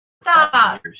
Stop